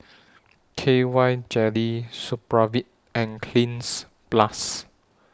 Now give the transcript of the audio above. K Y Jelly Supravit and Cleanz Plus